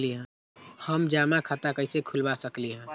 हम जमा खाता कइसे खुलवा सकली ह?